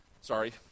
Sorry